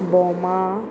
बोमा